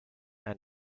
and